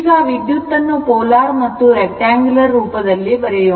ಈಗ ವಿದ್ಯುತ್ತನ್ನು ಪೋಲಾರ್ ಮತ್ತು ರೆಕ್ಟ್ಯಾಂಗುಲರ್ ರೂಪದಲ್ಲಿ ಬರೆಯೋಣ